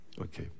Okay